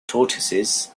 tortoises